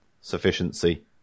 sufficiency